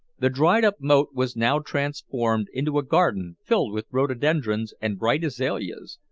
the dried-up moat was now transformed into a garden filled with rhododendrons and bright azaleas,